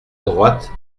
droite